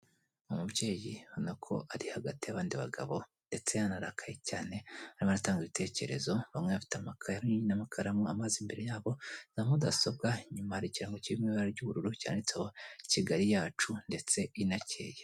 Umubyeyi ubona ko ari hagati y'abandi bagabo ndetse yanarakaye cyane arimo aratanga ibitekerezo bamwe bafite amakayi n'amakaramu, amazi imbere yabo, na mudasobwa, inyuma hari ikirango kiri mu ibara ry'ubururu cyanditseho kigali yacu ndetse inakeye.